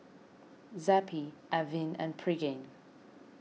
Zappy Avene and Pregain